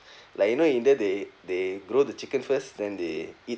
like you know india they they grow the chicken first then they eat